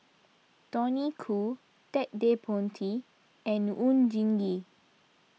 Tony Khoo Ted De Ponti and Oon Jin Gee